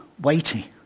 weighty